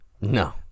No